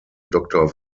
doktor